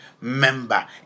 member